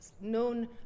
known